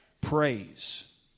praise